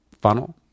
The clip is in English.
funnel